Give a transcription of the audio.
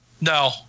No